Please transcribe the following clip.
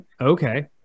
okay